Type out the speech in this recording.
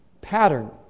pattern